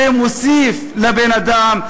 זה מוסיף לבן-אדם,